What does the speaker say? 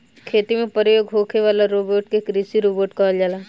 खेती में प्रयोग होखे वाला रोबोट के कृषि रोबोट कहल जाला